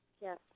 yes